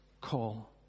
call